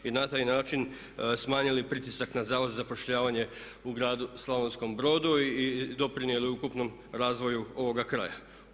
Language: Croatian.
I na taj način smanjili pritisak na Zavod za zapošljavanje u gradu Slavonskom Brodu i doprinijeli ukupnom razvoju ovoga kraja.